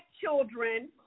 children